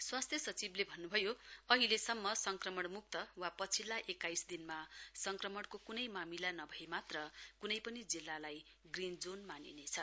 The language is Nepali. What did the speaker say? स्वास्थ्य सचिवले भन्नु भयो अहिलेसम्म संक्रमणमुक्त वा पछिल्ला एक्काइस दिनमा संक्रमणको कुनै मामिला नभएका मात्र कुनै पनि जिल्लालाई ग्रीन जोन मानिनेछ